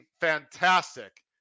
fantastic